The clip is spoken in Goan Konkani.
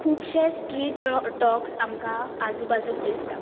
खुबशे स्ट्रीट ड्रॉ डॉग्स आमकां आजू बाजूक दिसतात